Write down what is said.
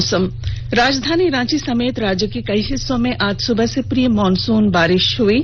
मौसम राजधानी रांची समेत राज्य के कई हिस्सों में आज सुबह से प्री मानसून बारिष हो रही है